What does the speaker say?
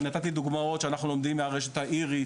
אני נתתי דוגמאות שאנחנו לומדים מהרשת האירית